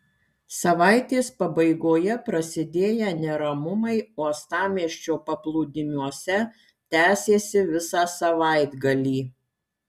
savaitės pabaigoje prasidėję neramumai uostamiesčio paplūdimiuose tęsėsi visą savaitgalį